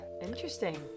interesting